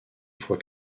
foi